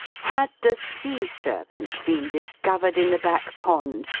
had the sea-serpent been discovered in the back pond,